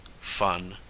Fun